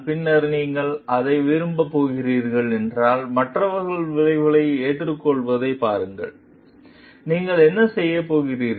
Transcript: பின்னர் நீங்கள் அதை விரும்பப் போகிறீர்கள் என்றால் மற்றவர்கள் விளைவுகளை எதிர்கொள்வதைப் பாருங்கள் நீங்கள் என்ன செய்யப் போகிறீர்கள்